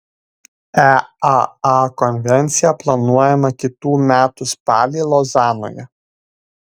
eaa konvencija planuojama kitų metų spalį lozanoje